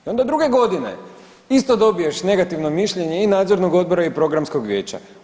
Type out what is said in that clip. I onda druge godine isto dobiješ negativno mišljenje i Nadzornog odbora i Programskog vijeća.